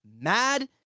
mad